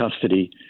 custody